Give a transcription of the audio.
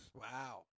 Wow